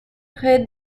près